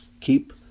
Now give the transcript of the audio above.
Keep